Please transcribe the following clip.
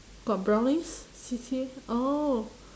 got brownies C_C_A oh